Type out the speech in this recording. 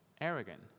arrogant